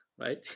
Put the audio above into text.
right